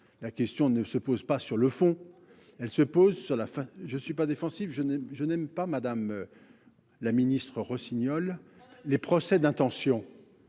La question ne se pose pas sur le fond elle se pose sur la fin, je ne suis pas défensif. Je n'ai je n'aime pas Madame. La Ministre Rossignol. Les procès d'intention.